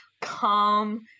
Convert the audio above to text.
calm